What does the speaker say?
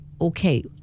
Okay